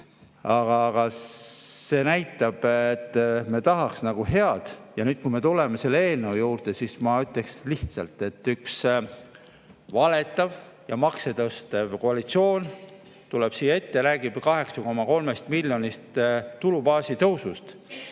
Aga see näitab, et me tahaks nagu head. Ja nüüd, kui me tuleme selle eelnõu juurde, siis ma ütleks lihtsalt, et üks valetav ja makse tõstev koalitsioon tuleb siia meie ette ja räägib 8,3 miljoni võrra tulubaasi tõusust